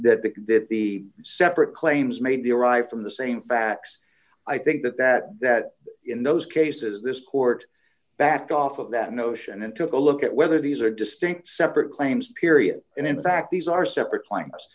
notion that the separate claims made derives from the same facts i think that that that in those cases this court backed off of that notion and took a look at whether these are distinct separate claims period and in fact these are separate claim